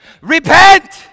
Repent